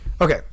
Okay